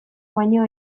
baino